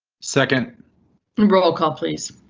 second and bro call please.